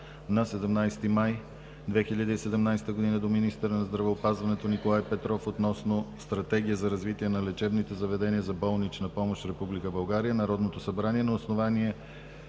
на 17 май 2017 г., до министъра на здравеопазването Николай Петров относно Стратегия за развитие на лечебните заведения за болнична помощ в Република България Народното събрание на основание